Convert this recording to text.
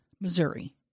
Missouri